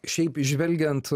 šiaip žvelgiant